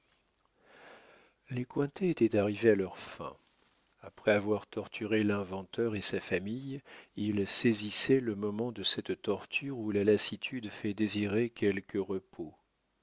cointet étaient arrivés à leurs fins après avoir torturé l'inventeur et sa famille ils saisissaient le moment de cette torture où la lassitude fait désirer quelque repos